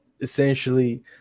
essentially